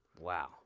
Wow